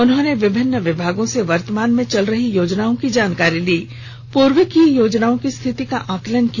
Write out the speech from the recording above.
उन्होंने विभिन्न विभागों से वर्तमान में चल रही योजनाओं की जानकारी ली पूर्व की योजनाओं की स्थिति का आकलन किया